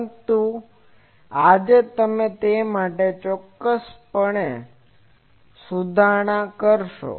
પરંતુ આજે આપણે તે માટે ચોક્કસ સુધારણા કરીશું